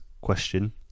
question